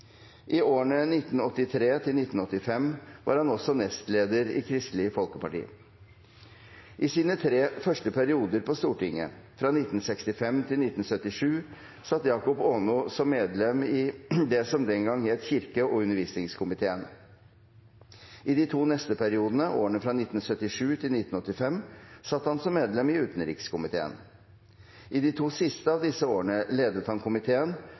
var han også nestleder i Kristelig Folkeparti. I sine tre første perioder på Stortinget, fra 1965 til 1977, satt Jakob Aano som medlem i det som den gang het kirke- og undervisningskomiteen. I de to neste periodene, årene fra 1977 til 1985, satt han som medlem i utenrikskomiteen. I de to siste av disse årene ledet han komiteen